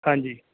ਹਾਂਜੀ